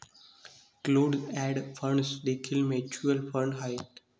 closed end funds देखील mutual fund आहेत